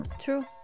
True